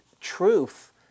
truth